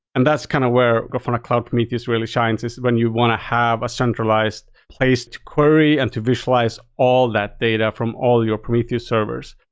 and that's kind of where cloud prometheus really shines, is when you want to have a centralized place to query and to visualize all that data from all your prometheus servers.